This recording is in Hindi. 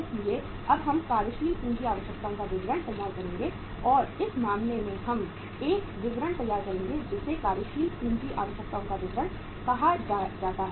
इसलिए अब हम कार्यशील पूंजी आवश्यकताओं का विवरण तैयार करेंगे और इस मामले में हम एक विवरण तैयार करेंगे जिसे कार्यशील पूंजी आवश्यकताओं का विवरण कहा जाता है